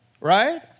Right